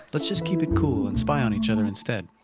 let's just keep it cool and spy on each other instead.